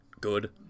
good